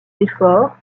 efforts